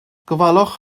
gofalwch